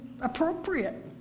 appropriate